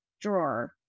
drawer